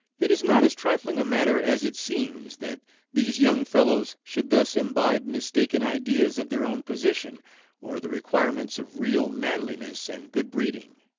it is not as trifling a matter as it seems that these young fellows should thus imbibe mistaken ideas of their own position or the requirements of real manliness and good-breeding.